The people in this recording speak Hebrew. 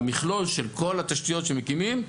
במכלול של כל התשתיות שמקימים,